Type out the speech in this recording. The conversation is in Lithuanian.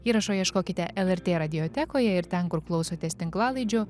įrašo ieškokite lrt radiotekoje ir ten kur klausotės tinklalaidžių